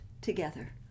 together